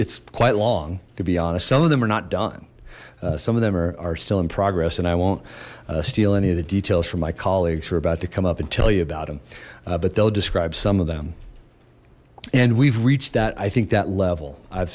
it's quite long to be honest some of them are not done some of them are still in progress and i won't steal any of the details from my colleagues we're about to come up and tell you about them but they'll describe some of them and we've reached that i think that level i've